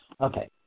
Okay